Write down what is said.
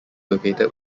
located